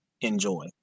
enjoy